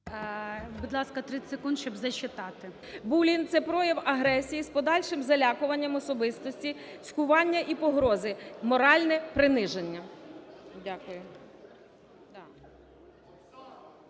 Будь ласка, 30 секунд, щоб зачитати. БІЛОЗІР О.В. "Булінг – це прояв агресії з подальшим залякуванням особистості, цькування і погрози, моральне приниження". Дякую.